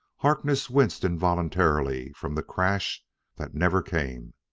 harkness winced involuntarily from the crash that never came.